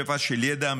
שפע של ידע,